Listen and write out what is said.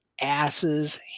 asses